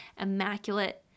immaculate